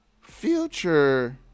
Future